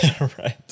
right